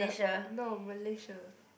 no Malaysia